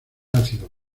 ácidos